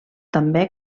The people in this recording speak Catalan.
també